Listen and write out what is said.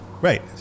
Right